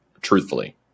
Truthfully